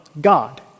God